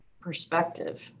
perspective